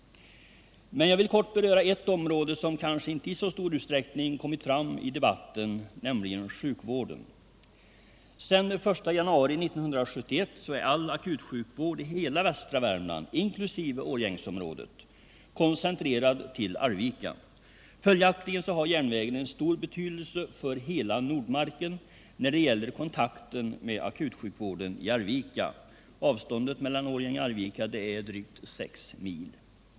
Men jag vill kort beröra ett område som kanske inte i så stor utsträckning har tagits upp i debatten, nämligen sjukvården. Sedan den 1 januari 1971 är all akutsjukvård i hela västra Värmland, inkl. Årjängsområdet, koncentrerad till Arvika. Följaktligen har järnvägen stor betydelse för hela Nordmarken när det gäller kontakten med akutsjukvården i Arvika — avståndet mellan Årjäng och Arvika är drygt 6 mil.